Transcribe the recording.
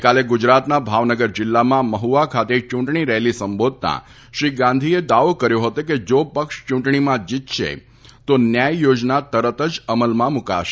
ગઇકાલે ગુજરાતના ભાવનગર જિલ્લામાં મહુવા ખાતે ચૂંટણી રેલી સંબોધતા શ્રી ગાંધીએ દાવો કર્યો હતો કે જો પક્ષ ચૂંટણીમાં જીતશે તો ન્યાય યોજના તરત જ અમલમાં મુકાશે